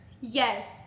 yes